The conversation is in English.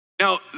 Now